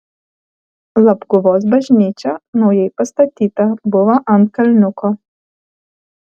labguvos bažnyčia naujai pastatyta buvo ant kalniuko